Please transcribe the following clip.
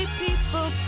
people